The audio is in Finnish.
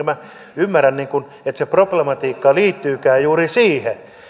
minä ymmärrä että se problematiikka liittyykään juuri siihen